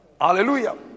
Hallelujah